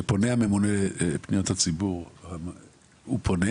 אני אצפה שכשממונה פניות הציבור פונה